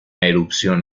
erupción